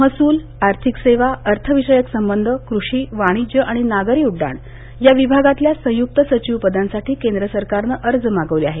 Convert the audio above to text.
महसूल आर्थिक सेवा अर्थविषयक संबंध कृषी वाणिज्य आणि नागरी उड्डाण या विभागातल्या संयुक्त सचिव पदांसाठी केंद्र सरकारनं अर्ज मागवले आहेत